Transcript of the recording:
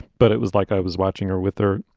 but it was like i was watching her with her.